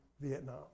Vietnam